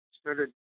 started